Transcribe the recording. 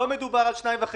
לא מדובר על 2.5